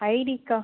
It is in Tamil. ஐடிக்காக